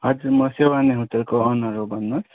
हजुर म सेवान्ने होटेलको ओनर हो भन्नुहोस्